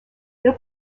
elle